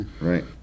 right